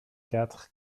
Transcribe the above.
quatre